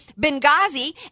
Benghazi